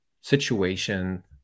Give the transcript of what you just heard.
situation